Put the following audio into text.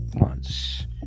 months